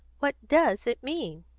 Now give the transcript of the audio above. what does it mean?